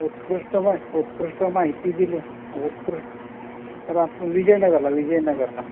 उत्कृष्ट म उत्कृष्ट माहिती दिली उत्कृष् तर आता विजयनगरला विजयनगरला